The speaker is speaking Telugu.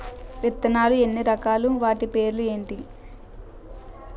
విత్తనాలు ఎన్ని రకాలు, వాటి పేర్లు ఏంటి?